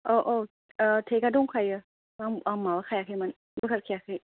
औ औ ओ टेग आ दंखायो आं माबाखायाखैमोन बोखारखायाखै